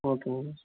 ஓகேங்க